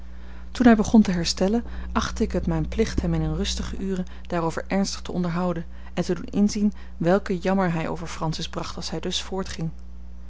toen hij begon te herstellen achtte ik het mijn plicht hem in eene rustige ure daarover ernstig te onderhouden en te doen inzien welke jammer hij over francis bracht als hij dus voort